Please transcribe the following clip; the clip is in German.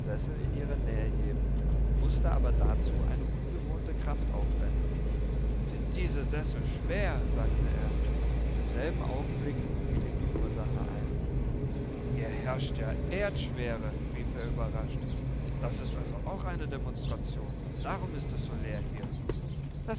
in ihre nähe heben mußte aber dazu eine ungewohnte kraft aufwenden sind diese sessel schwer sagte er im selben augenblick fiel ihm die ursache ein hier herrscht ja erdschwere rief er überrascht das ist also auch eine demonstration und darum ist es so leer hier